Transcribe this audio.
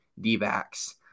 D-backs